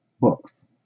books